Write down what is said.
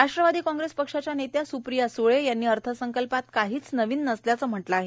राष्ट्रवादी काँग्रेस पक्षाच्या नेत्या सुप्रिया सुळे यांनी अर्थसंकल्पात काहीच नवीन नसल्याचं म्हटलं आहे